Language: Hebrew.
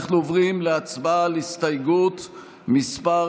אנחנו עוברים להצבעה על הסתייגות מס'